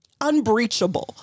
unbreachable